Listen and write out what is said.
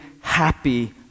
happy